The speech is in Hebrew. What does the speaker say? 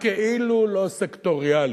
הכאילו לא סקטוריאליים.